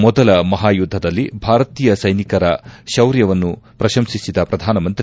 ಮೊದಲ ಮಹಾಯುದ್ದದಲ್ಲಿ ಭಾರತೀಯ ಸೈನಿಕರ ತೌರ್ಯವನ್ನು ಪ್ರಶಂಸಿಸಿದ ಪ್ರಧಾನಮಂತ್ರಿ